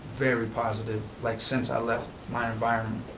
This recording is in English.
very positive, like since i left my environment.